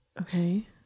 okay